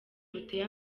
buteye